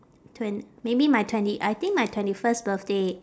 twen~ maybe my twenty I think my twenty first birthday